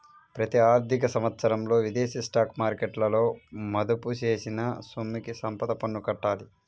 ప్రతి ఆర్థిక సంవత్సరంలో విదేశీ స్టాక్ మార్కెట్లలో మదుపు చేసిన సొమ్ముకి సంపద పన్ను కట్టాలి